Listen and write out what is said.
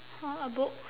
!huh! a book